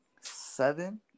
seven